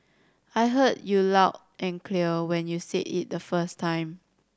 I heard you loud and clear when you said it the first time